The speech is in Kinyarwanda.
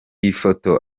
ifoto